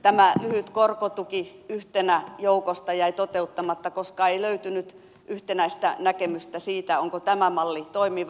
tämä lyhyt korkotuki yhtenä joukosta jäi toteuttamatta koska ei löytynyt yhtenäistä näkemystä siitä onko tämä malli toimiva